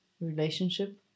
relationship